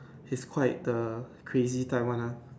he's quite the crazy type one ah